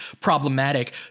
problematic